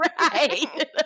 Right